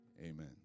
Amen